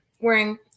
wearing